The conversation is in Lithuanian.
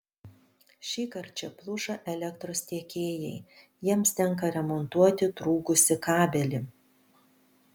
šįkart čia pluša elektros tiekėjai jiems tenka remontuoti trūkusį kabelį